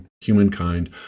humankind